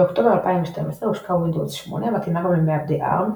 באוקטובר 2012 הושקה Windows 8 המתאימה גם למעבדי ARM,